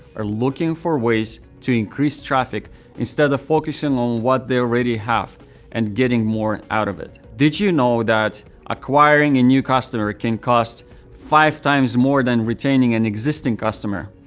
are looking for ways to increase traffic instead of focusing on what they already have and getting more out of it. did you know that acquiring a and new customer can cost five times more than retaining an existing customer?